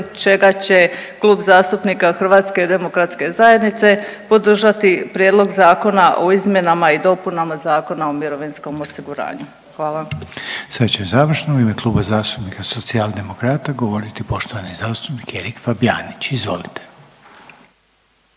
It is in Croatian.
čega će Klub zastupnika HDZ-a podržati prijedlog zakona o izmjenama i dopunama Zakona o mirovinskom osiguranju. Hvala. **Reiner, Željko (HDZ)** Sad će završno u ime Kluba zastupnika Socijaldemokrata govoriti poštovani zastupnik Erik Fabijanić, izvolite.